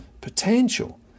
potential